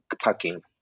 packing